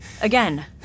Again